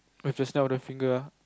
if they smell the finger ah